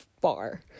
far